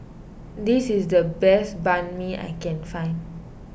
this is the best Banh Mi I can find